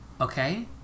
Okay